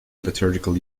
liturgical